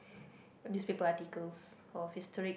newspaper articles of historic